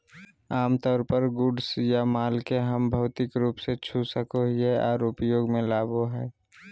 आमतौर पर गुड्स या माल के हम भौतिक रूप से छू सको हियै आर उपयोग मे लाबो हय